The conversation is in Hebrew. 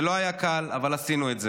זה לא היה קל, אבל עשינו את זה.